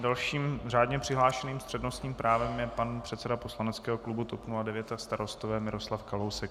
Dalším řádně přihlášeným s přednostním právem je pan předseda poslaneckého klubu TOP 09 a Starostové Miroslav Kalousek.